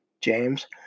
James